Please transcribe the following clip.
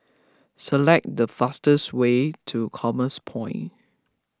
select the fastest way to Commerce Point